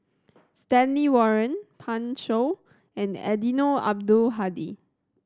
Stanley Warren Pan Shou and Eddino Abdul Hadi